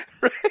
Right